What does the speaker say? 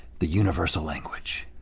the universal language.